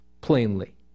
plainly